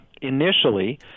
Initially